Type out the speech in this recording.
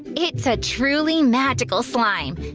it's a truly magical slime.